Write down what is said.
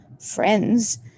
friends